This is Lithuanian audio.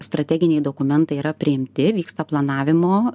strateginiai dokumentai yra priimti vyksta planavimo